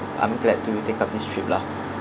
I'm glad to be take up this trip lah